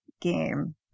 game